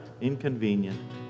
inconvenient